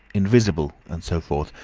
invisible! and so forth,